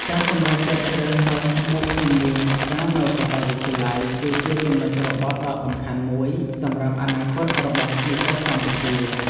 ការសម្រេចចិត្តជ្រើសរើសមុខជំនាញសិក្សានៅសាកលវិទ្យាល័យ គឺជាចំណុចរបត់ដ៏សំខាន់មួយសម្រាប់អនាគតរបស់និស្សិតកម្ពុជា។